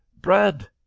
bread